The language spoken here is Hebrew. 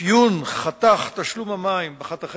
את מרבית המים סיפקה